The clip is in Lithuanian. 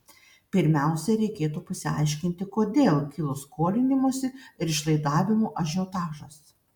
pirmiausia reikėtų pasiaiškinti kodėl kilo skolinimosi ir išlaidavimo ažiotažas